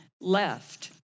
left